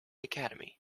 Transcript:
academy